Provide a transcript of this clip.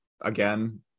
again